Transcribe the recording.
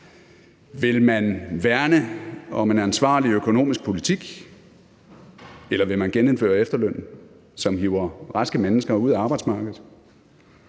Vil man værne om en ansvarlig økonomisk politik, eller vil man genindføre efterlønnen, som hiver raske mennesker ud af arbejdsmarkedet?